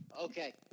Okay